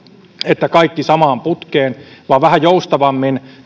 että kaikki samaan putkeen vaan vähän joustavammin